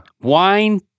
Wine